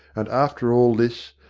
and after all this,